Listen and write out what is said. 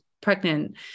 pregnant